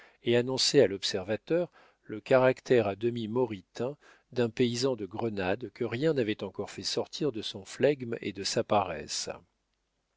et annonçaient à l'observateur le caractère à demi mauritain d'un paysan de grenade que rien n'avait encore fait sortir de son flegme et de sa paresse